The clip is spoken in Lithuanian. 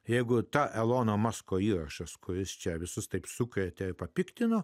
jeigu ta elono musko įrašas kuris čia visus taip sukrėtė papiktino